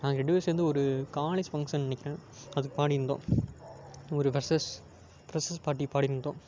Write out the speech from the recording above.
நாங்கள் ரெண்டு பேரும் சேர்ந்து ஒரு காலேஜ் ஃபங்க்ஷனு நினைக்கிறேன் அதுக்கு பாடியிருந்தோம் ஒரு ஃப்ரெஷர்ஸ் ஃப்ரெஷர்ஸ் பார்ட்டிக்கு பாடியிருந்தோம்